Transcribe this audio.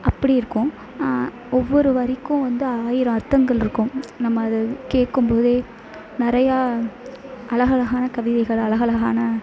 அப்படி இருக்கும் ஒவ்வொரு வரிக்கும் வந்து ஆயிரம் அர்த்தங்கள் இருக்கும் நம்ம அத கேட்கும் போதே நிறையா அழகழகான கவிதைகளாக அழகழகான